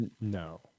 No